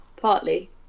partly